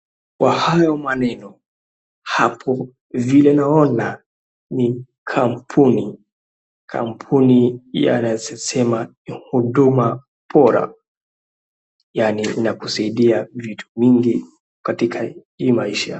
Kwa hayo maneno hapo vile naona ni kampuni. Kampuni inayosema ni ya huduma bora. Yaani inakusaidia vitu mingi katika hii maisha.